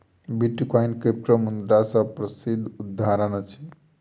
bitcoin क्रिप्टोमुद्रा के प्रसिद्ध उदहारण अछि